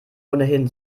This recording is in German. ohnehin